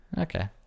okay